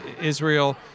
israel